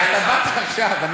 לא הייתי עד עכשיו.